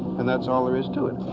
and that's all there is to it.